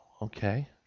Okay